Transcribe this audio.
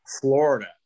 Florida